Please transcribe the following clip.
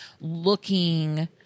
looking